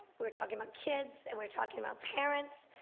we were talking about kids and we were talking about parents,